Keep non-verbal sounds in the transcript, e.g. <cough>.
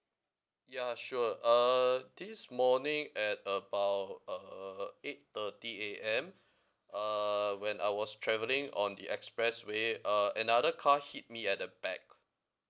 ya sure uh this morning at about uh eight thirty A_M <breath> uh when I was travelling on the express way uh another car hit me at the back